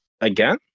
Again